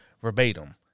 verbatim